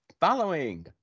following